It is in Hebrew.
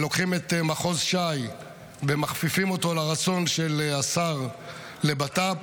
ולוקחים את מחוז ש"י ומכפיפים אותו לרצון של השר לבט"פ,